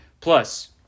Plus